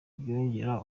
byongera